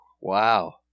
Wow